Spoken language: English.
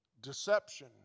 deception